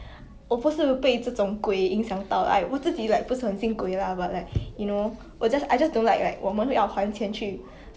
maybe 有些人 horror film is like 帮他们 relax lah like if they scream then they let go but for me right I get more tense I get more stress then like 不要 lah like